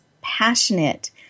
passionate